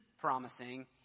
promising